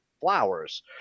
flowers